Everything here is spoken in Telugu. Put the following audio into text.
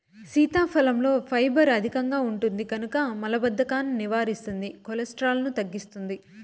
సీతాఫలంలో ఫైబర్ అధికంగా ఉంటుంది కనుక మలబద్ధకాన్ని నివారిస్తుంది, కొలెస్ట్రాల్ను తగ్గిస్తుంది